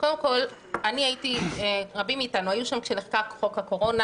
אני הייתי ורבים מאיתנו היו שם כשנחקק החוק הקורונה,